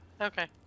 Okay